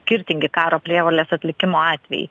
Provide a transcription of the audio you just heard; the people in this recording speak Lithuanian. skirtingi karo prievolės atlikimo atvejai